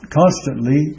constantly